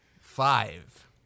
Five